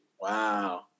Wow